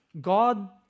God